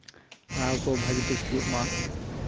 ᱯᱟᱲᱦᱟᱣ ᱠᱚ ᱵᱷᱟᱹᱜᱤ ᱴᱷᱤᱠ ᱦᱩᱭᱩᱜ ᱢᱟ